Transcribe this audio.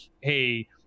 hey